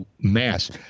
mass